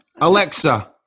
Alexa